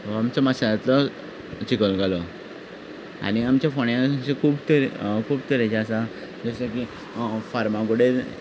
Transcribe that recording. आमचो माशेलांतलो चिखल कालो आनी आमचे फोंड्यांत अशे खूब तरेचे खूब तरेचे आसा जशे की फार्मागुडेर